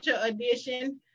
edition